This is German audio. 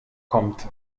kommt